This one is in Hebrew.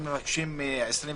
אנחנו מבקשים 26